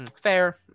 Fair